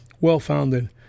well-founded